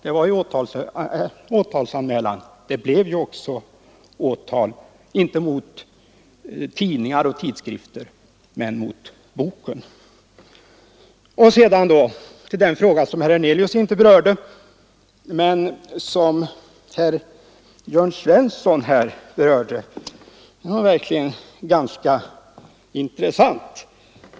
Då fanns en åtalsanmälan, och det väcktes också åtal — inte mot tidningar och tidskrifter men mot boken. Så till en fråga som herr Hernelius inte berörde men som herr Svensson i Malmö tog upp. Det var verkligen ganska intressant.